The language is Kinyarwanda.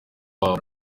babo